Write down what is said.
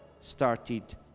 started